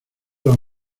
los